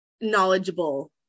knowledgeable